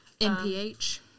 MPH